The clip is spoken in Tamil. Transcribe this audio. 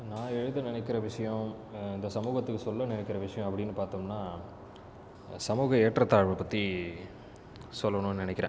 நான் எழுத நினைக்கின்ற விஷயம் இந்த சமூகத்துக்கு சொல்ல நினைக்கின்ற விஷயம் அப்படின்னு பார்த்தோம்னா சமூக ஏற்றத்தாழ்வு பற்றி சொல்லணுன்னு நினைக்கிறேன்